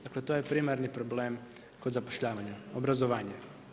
Dakle, to je primarni problem kod zapošljavanja obrazovanje.